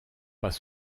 pas